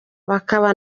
bakaba